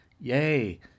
Yay